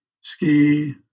ski